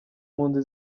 mpunzi